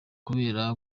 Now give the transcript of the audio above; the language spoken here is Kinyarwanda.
kubera